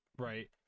Right